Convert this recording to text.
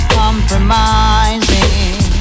compromising